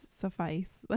suffice